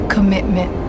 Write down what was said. Commitment